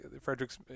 Frederick's